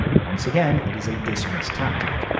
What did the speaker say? once again, it is a dishonest tactic.